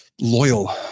loyal